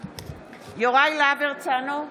יוראי להב הרצנו,